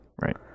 right